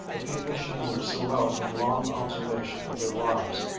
the people she knew so well from long observation of their lives,